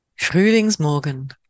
Frühlingsmorgen